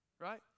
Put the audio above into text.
right